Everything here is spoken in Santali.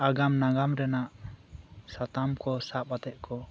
ᱟᱜᱟᱢ ᱱᱟᱜᱟᱢ ᱨᱮᱭᱟᱜ ᱥᱟᱛᱟᱢᱠᱚ ᱥᱟᱵ ᱟᱛᱮᱠᱚ